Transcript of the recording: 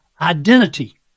identity